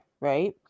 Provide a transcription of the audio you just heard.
right